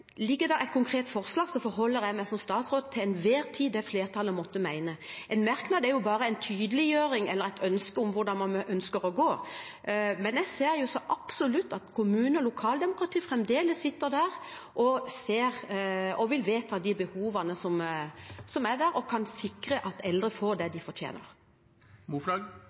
det foreligger et konkret forslag, forholder jeg meg som statsråd til enhver tid til det flertallet måtte mene. En merknad er jo bare en tydeliggjøring eller et ønske om hvor man ønsker å gå. Men jeg ser så absolutt at kommuner og lokaldemokrati fremdeles ser behovene som er der, og vil gjøre vedtak og sikre at eldre får det de fortjener.